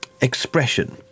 expression